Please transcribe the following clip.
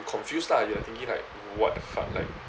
confused lah you're thinking like what the fuck like